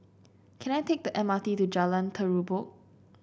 can I take the M R T to Jalan Terubok